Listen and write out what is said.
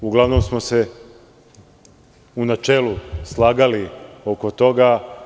Uglavnom smo se u načelu slagali oko toga.